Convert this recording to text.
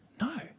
no